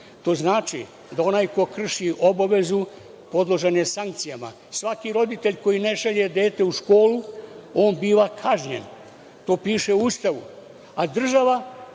to znači da onaj ko krši obavezu podložan je sankcijama. Svaki roditelj koji ne šalje dete u školu biva kažnjen. To piše u Ustavu,